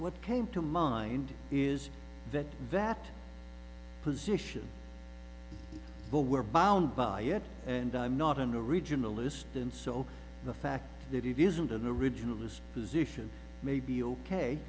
what came to mind is that vet position but we're bound by it and i'm not an originalist and so the fact that it isn't an originalist position may be ok